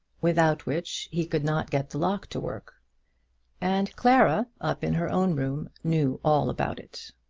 without which he could not get the lock to work and clara, up in her own room, knew all about it.